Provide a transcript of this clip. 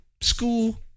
School